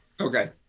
Okay